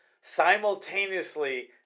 simultaneously